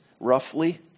roughly